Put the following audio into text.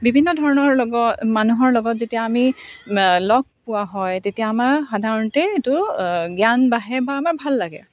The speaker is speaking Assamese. বিভিন্ন ধৰণৰ লগ মানুহৰ লগত যেতিয়া আমি লগ পোৱা হয় তেতিয়া আমাৰ সাধাৰণতে এইটো জ্ঞান বাঢ়ে বা আমাৰ ভাল লাগে